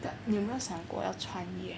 你有没有想过要创业